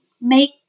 make